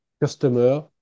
customer